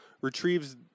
retrieves